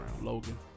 Logan